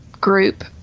group